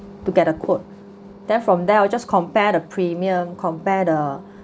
to get a quote then from there I'll just compare a premium compare the